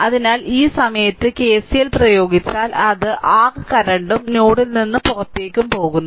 അതിനാൽ ഈ സമയത്ത് KCL പ്രയോഗിച്ചാൽ അത് r കറന്റും നോഡിൽ നിന്ന് പുറത്തുപോകുന്നു